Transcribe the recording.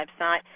website